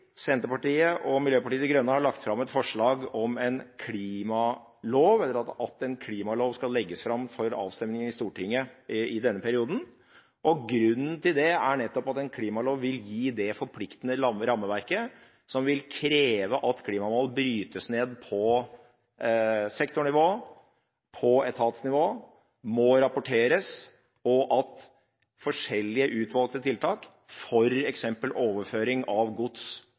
Senterpartiet og Miljøpartiet De Grønne har lagt fram et forslag om en klimalov – at det skal legges fram en klimalov for avstemning i Stortinget i denne perioden. Grunnen til det er nettopp at en klimalov vil gi det forpliktende rammeverket som vil kreve at klimamål brytes ned på sektornivå og på etatsnivå, at det må rapporteres, og at forskjellige utvalgte tiltak, f.eks. overføring av gods